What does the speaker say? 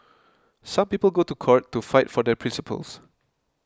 some people go to court to fight for their principles